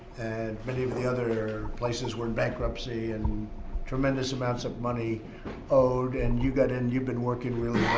and many of of the other places were in bankruptcy and tremendous amounts of money owed. and you got in, you've been working really